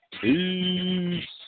Peace